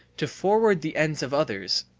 to forward the ends of others.